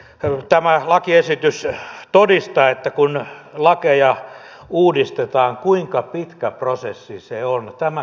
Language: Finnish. kaikkinensa tämä lakiesitys todistaa kuinka pitkä prosessi se on kun lakeja uudistetaan